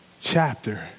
chapter